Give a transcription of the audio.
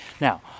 Now